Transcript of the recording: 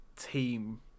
team